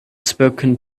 spoken